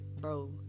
bro